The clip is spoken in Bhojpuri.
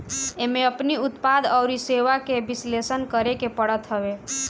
एमे अपनी उत्पाद अउरी सेवा के विश्लेषण करेके पड़त हवे